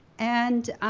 and